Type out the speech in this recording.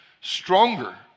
stronger